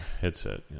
headset